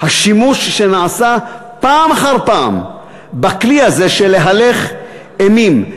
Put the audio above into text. השימוש שנעשה פעם אחר פעם בכלי הזה של להלך אימים.